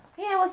yeah, what's